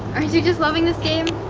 you just loving this game?